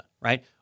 right